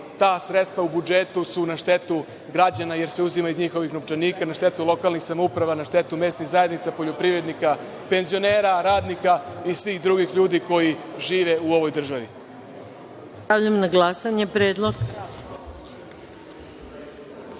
ta sredstva u budžetu su na štetu građana, jer se uzimaju iz njihovih novčanika, na štetu lokalnih samouprava, na štetu mesnih zajednica, poljoprivrednika, penzionera, radnika i svih drugih ljudi koji žive u ovoj državi. **Maja Gojković** Stavljam